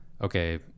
okay